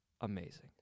amazing